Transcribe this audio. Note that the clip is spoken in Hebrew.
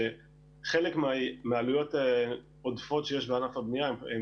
שחלק מעלויות עודפות שיש בענף הבנייה הן